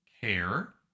care